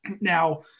Now